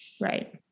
Right